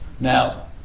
Now